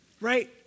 right